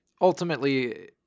ultimately